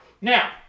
Now